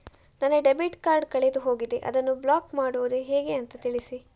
ನನ್ನ debit card ಕಳೆದು ಹೋಗಿದೆ, ಅದನ್ನು ಬ್ಲಾಕ್ ಮಾಡುವುದು ಹೇಗೆ ಅಂತ ತಿಳಿಸಿ?